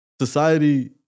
Society